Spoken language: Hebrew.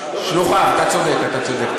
שלוחיו, אתה צודק, אתה צודק.